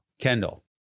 Kendall